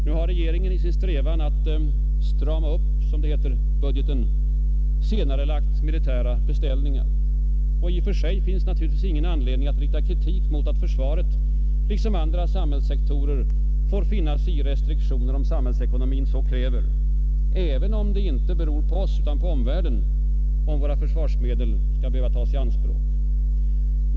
Nu har regeringen i sin strävan att som det heter ”strama upp” budgeten senarelagt militära beställningar. I och för sig finns naturligtvis ingen anledning att rikta kritik mot att försvaret liksom andra samhällssektorer får finna sig i restriktioner om samhällsekonomin så kräver, även om det inte beror på oss utan på omvärlden om våra försvarsmedel skall behöva tas i anspråk.